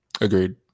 agreed